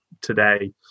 today